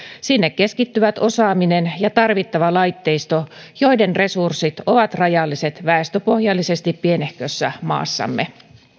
sinne keskittyvät osaaminen ja tarvittava laitteisto joiden resurssit ovat rajalliset väestöpohjallisesti pienehkössä maassamme